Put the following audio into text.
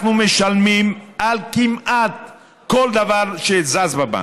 אנחנו משלמים על כמעט כל דבר שזז בבנק.